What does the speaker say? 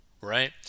right